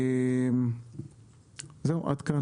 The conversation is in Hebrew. עד כאן.